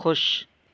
خوش